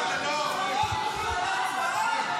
אתה רוצה להתייחס לזה?